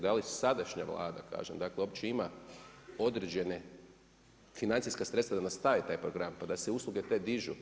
Da li sadašnja Vlada kažem, dakle uopće ima određena financijska sredstva da nastavi taj program pa da se usluge te dižu.